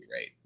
right